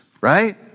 right